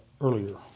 earlier